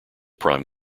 prime